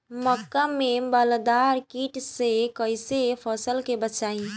मक्का में बालदार कीट से कईसे फसल के बचाई?